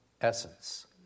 essence